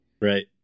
Right